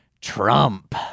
Trump